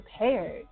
prepared